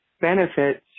benefits